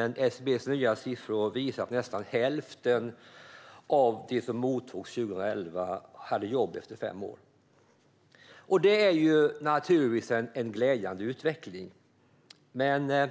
SCB:s nya siffror visar att nästan hälften av de som togs emot 2011 hade jobb efter fem år. Detta är naturligtvis en glädjande utveckling. Men